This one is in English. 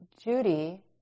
Judy